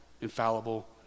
infallible